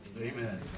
Amen